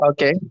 Okay